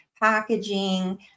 packaging